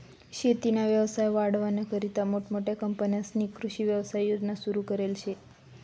शेतीना व्यवसाय वाढावानीकरता मोठमोठ्या कंपन्यांस्नी कृषी व्यवसाय योजना सुरु करेल शे